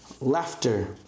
laughter